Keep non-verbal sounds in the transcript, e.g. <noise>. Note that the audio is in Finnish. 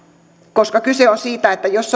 koska kyse on siitä että jos <unintelligible>